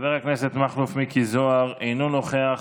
חבר הכנסת מכלוף מיקי זוהר, אינו נוכח,